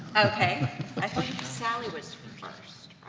okay. i think sally was first,